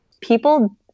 people